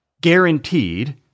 guaranteed